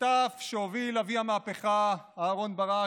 מחטף שהוביל אבי המהפכה אהרן ברק,